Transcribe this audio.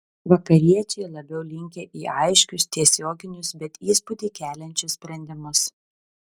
vakariečiai labiau linkę į aiškius tiesioginius bet įspūdį keliančius sprendimus